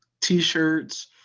t-shirts